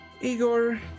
Igor